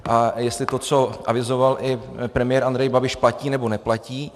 A jestli to, co avizoval i premiér Andrej Babiš, platí, nebo neplatí.